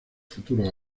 futuros